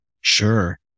Sure